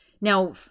Now